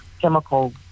chemicals